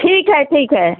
ठीक है ठीक है